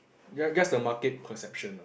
ya that's the market perception lah